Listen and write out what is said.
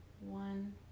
one